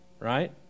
right